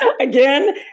again